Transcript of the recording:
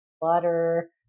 butter